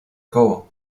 koło